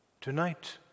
tonight